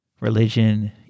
religion